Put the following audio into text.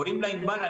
קוראים לה ענבל,